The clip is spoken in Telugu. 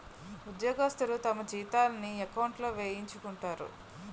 ఉద్యోగస్తులు తమ జీతాన్ని ఎకౌంట్లో వేయించుకుంటారు